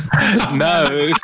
No